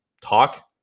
talk